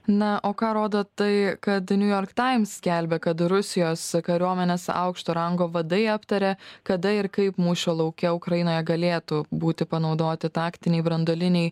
na o ką rodo tai kad niujork taims skelbia kad rusijos kariuomenės aukšto rango vadai aptarė kada ir kaip mūšio lauke ukrainoje galėtų būti panaudoti taktiniai branduoliniai